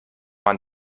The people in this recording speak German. man